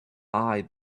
eye